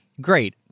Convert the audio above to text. great